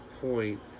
point